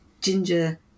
Ginger